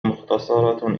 مختصرة